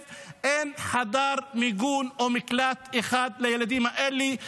אין חדר מיגון או מקלט אחד לילדים האלה.